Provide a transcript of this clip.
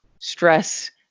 stress